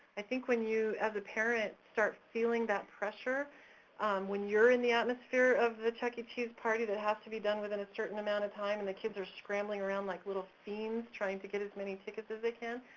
i think when you, as a parent, start feeling that pressure when you're in the atmosphere of the chuck e. cheese party that has to be done within a certain amount of time and the kids are scrambling around like little fiends trying to get as many tickets as they can,